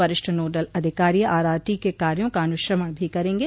वरिष्ठ नोडल अधिकारी आरआरटी के कार्यों का अनुश्रवण भी करेंगे